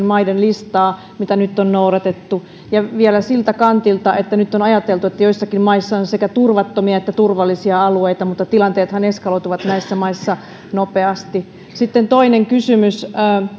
maiden listaa mitä nyt on noudatettu ja vielä siltä kantilta kun nyt on ajateltu että joissakin maissa on sekä turvattomia että turvallisia alueita tilanteethan eskaloituvat näissä maissa nopeasti sitten toinen kysymys